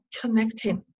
connecting